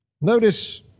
notice